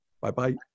Bye-bye